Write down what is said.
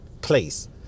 Please